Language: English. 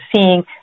seeing